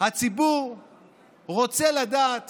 הציבור רוצה לדעת